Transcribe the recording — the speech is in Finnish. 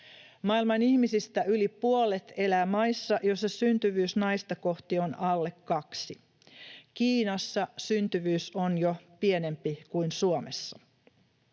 Maailman ihmisistä yli puolet elää maissa, joissa syntyvyys naista kohti on alle kaksi. Kiinassa syntyvyys on jo pienempi kuin Suomessa.